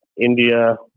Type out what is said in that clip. India